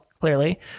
clearly